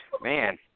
Man